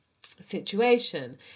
situation